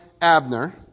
Abner